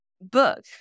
book